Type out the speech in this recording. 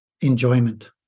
enjoyment